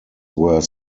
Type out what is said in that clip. were